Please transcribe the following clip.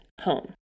home